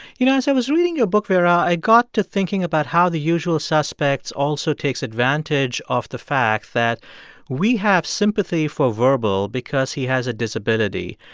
you know, as i was reading your book, vera, i got to thinking about how the usual suspects also takes advantage of the fact that we have sympathy for verbal because he has a disability.